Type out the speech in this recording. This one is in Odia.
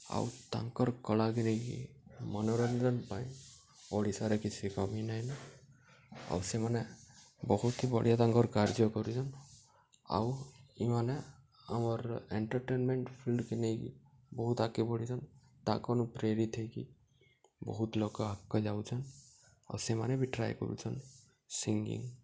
ଆଉ ତାଙ୍କର୍ କଳାକେ ନେଇକି ମନୋରଞ୍ଜନ୍ ପାଇଁ ଓଡ଼ିଶାରେ କିଛି କମି ନାଇଁନ ଆଉ ସେମାନେ ବହୁତ୍ ହି ବଢ଼ିଆ ତାଙ୍କର୍ କାର୍ଯ୍ୟ କରୁଚନ୍ ଆଉ ଇମାନେ ଆମର ଏଣ୍ଟର୍ଟେନ୍ମେଣ୍ଟ୍ ଫିଲ୍ଡ୍କେ ନେଇକି ବହୁତ୍ ଆଗେ ବଢ଼ିଚନ୍ ତାଙ୍କରନୁ ପ୍ରେରିତ ହେଇକି ବହୁତ୍ ଲୋକ ଆଗ୍କେ ଯାଉଛନ୍ ଆଉ ସେମାନେ ବି ଟ୍ରାଏ କରୁଛନ୍ ସିଙ୍ଗିଙ୍ଗ୍